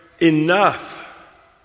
enough